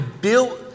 built